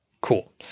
Cool